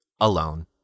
alone